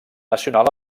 nacional